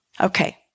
Okay